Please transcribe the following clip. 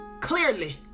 clearly